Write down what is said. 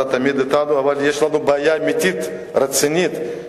אתה תמיד אתנו אבל יש לנו בעיה אמיתית, רצינית.